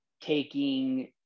taking